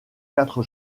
quatre